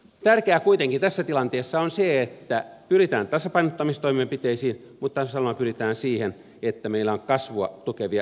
tärkeää kuitenkin tässä tilanteessa on se että pyritään tasapainottamistoimenpiteisiin mutta samalla pyritään siihen että meillä on kasvua tukevia toimenpiteitä